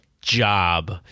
job